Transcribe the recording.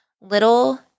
little